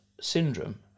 syndrome